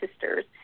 sisters